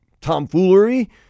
tomfoolery